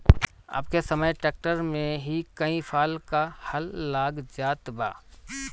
अब के समय ट्रैक्टर में ही कई फाल क हल लाग जात बा